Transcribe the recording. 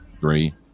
three